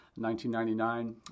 1999